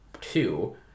two